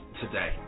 today